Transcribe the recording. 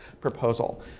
proposal